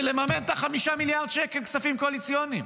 לממן את ה-5 מיליארד שקל כספים קואליציוניים,